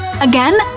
Again